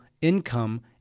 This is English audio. income